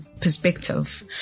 perspective